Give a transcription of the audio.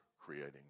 creating